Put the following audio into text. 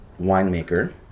winemaker